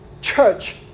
church